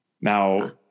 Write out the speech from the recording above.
Now